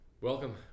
Welcome